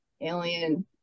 alien